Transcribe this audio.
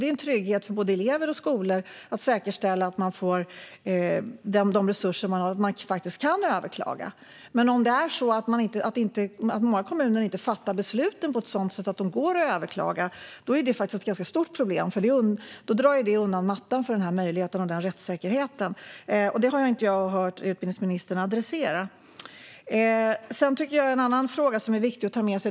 Det ger trygghet för både elever och skolor och säkerställer att man får de resurser man ska ha. Men om nu många kommuner inte fattar besluten på ett sådant sätt att de går att överklaga är det faktiskt ett ganska stort problem, eftersom det drar undan mattan för denna möjlighet och för rättssäkerheten. Detta har jag inte hört utbildningsministern adressera. Sedan finns det en annan fråga som är viktig att ha med sig.